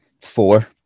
four